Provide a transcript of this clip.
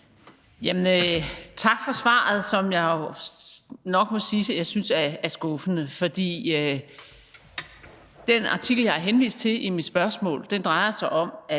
Tak for svaret, som jeg jo nok må sige jeg synes er skuffende. Den artikel, jeg har henvist til i mit spørgsmål, drejer sig om, at